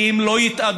כי הם לא יתאדו.